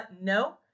no